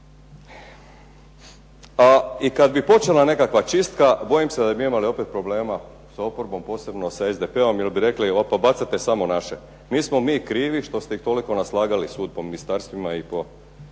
i kad bi počela nekakva čistka bojim se da bi mi imali opet problema sa oporbom, posebno sa SDP-om jer bi rekli pa bacate samo naše. Nismo mi krivi što ste ih toliko naslagali svud po ministarstvima i po